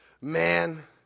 man